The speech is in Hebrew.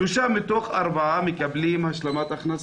שלושה מתוך ארבעה מקבל השלמת הכנסה.